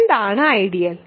എന്താണ് ഐഡിയൽ